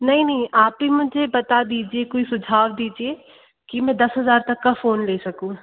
नहीं नहीं आप ही मुझे बता दीजिए कोई सुझाव दीजिए कि मैं दस हज़ार तक का फ़ोन ले सकूँ